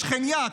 בשכניה,